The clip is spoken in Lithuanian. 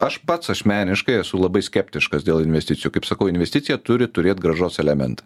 aš pats ašmeniškai esu labai skeptiškas dėl investicijų kaip sakau investicija turi turėt grąžos elementą